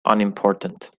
unimportant